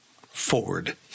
Ford